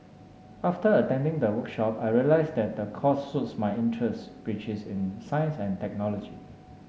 after attending the workshop I realised that the course suits my interest which is in science and technology